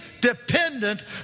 dependent